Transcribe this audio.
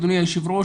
אדוני היושב ראש,